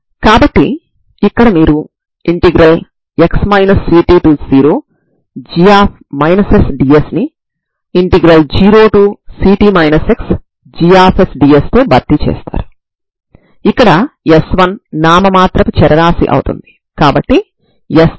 కాబట్టి మీరు ఇక్కడ sin μ ని ఐగెన్ వాల్యూ λ 2 కి అనుబంధంగా ఉన్న ఐగెన్ ఫంక్షన్ గా చూస్తారు ఇక్కడ μnπb aఅవుతుంది సరేనా